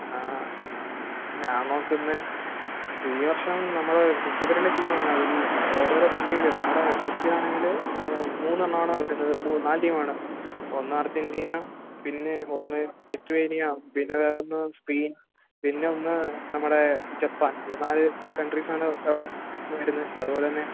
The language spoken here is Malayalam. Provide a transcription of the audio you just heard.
ആ ഞാൻ നോക്കുന്നത് ഈ വർഷം നമ്മൾ മുപ്പത്തിരണ്ട് റ്റീമാണ് അതിൽ ഓരോരോ വെന്യൂവില് നമ്മുടെ കൊച്ചി ആണെങ്കിൽ മൂന്നെണ്ണമാണ് വരുന്നത് നാല് റ്റീമാണ് ഒന്ന് അർജൻറ്റീന പിന്നെ ഒന്ന് ലിറ്റുവേനിയ പിന്നെ വേറൊന്ന് സ്പെയിൻ പിന്നൊന്ന് നമ്മുടെ ജപ്പാൻ ഈ നാല് കൺട്രീസ് ആണ് അവിടെ വരുന്നത് അതുപോലെത്തന്നെ